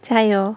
加油